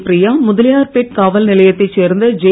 பிரியா முதலியார்பேட் காவல்நிலையத்தைச் சேர்ந்த ஜே